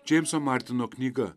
džeimso martino knyga